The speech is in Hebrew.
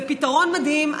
זה פתרון מדהים.